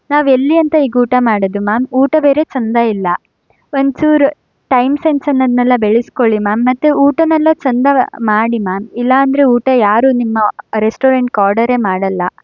ನಾವೆಲ್ಲಿ ಅಂತ ಈಗ ಊಟ ಮಾಡೋದು ಮ್ಯಾಮ್ ಊಟ ಬೇರೆ ಚಂದ ಇಲ್ಲ ಒಂಚೂರು ಟೈಮ್ ಸೆನ್ಸ್ ಅನ್ನೋದ್ನೆಲ್ಲ ಬೆಳೆಸ್ಕೊಳ್ಳಿ ಮ್ಯಾಮ್ ಮತ್ತು ಊಟನೆಲ್ಲ ಚಂದ ಮಾಡಿ ಮ್ಯಾಮ್ ಇಲ್ಲಾಂದರೆ ಊಟ ಯಾರೂ ನಿಮ್ಮ ರೆಸ್ಟೋರೆಂಟ್ಗೊರ್ಡರೇ ಮಾಡಲ್ಲ